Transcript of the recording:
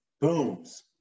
Booms